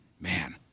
Man